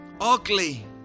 ugly